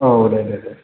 औ दे दे दे